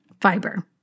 fiber